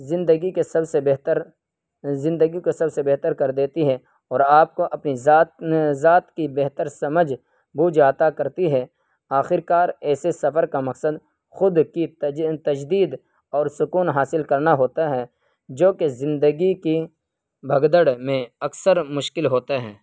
زندگی کے سب سے بہتر زندگی کو سب سے بہتر کر دیتی ہے اور آپ کو اپنی ذات ذات کی بہتر سمجھ بوجھ عطا کرتی ہے آخر کار ایسے سفر کا مقصد خود کی تجدید اور سکون حاصل کرنا ہوتا ہے جو کہ زندگی کی بھگدڑ میں اکثر مشکل ہوتے ہیں